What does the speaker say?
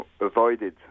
avoided